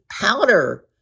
powder